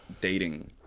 dating